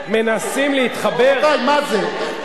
מנסים להתחבר, רבותי, מה זה?